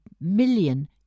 million